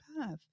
path